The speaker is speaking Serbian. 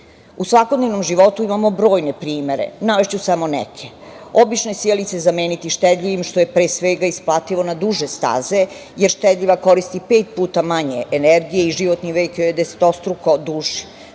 U svakodnevnom životu imamo brojne primere. Navešću samo neke. Obične sijalice zameniti štedljivim, što je pre svega isplativo na duže staze, jer štedljiva koristi pet puta manje energije i životni vek joj je desetostruko duži.